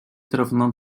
tarafından